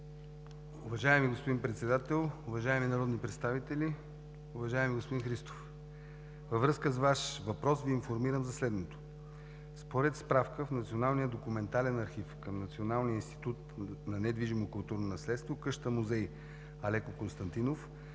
Уважаеми господин Председател, уважаеми народни представители! Уважаеми господин Христов, във връзка с Вашия въпрос Ви информирам за следното: според справка в националния документален архив към Националния институт за недвижимо културно наследство къщата музей „Алеко Константинов“